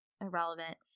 irrelevant